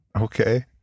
Okay